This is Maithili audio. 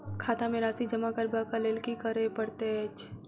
खाता मे राशि जमा करबाक लेल की करै पड़तै अछि?